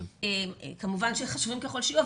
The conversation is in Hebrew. כמובן שחשובים ככל שיהיו,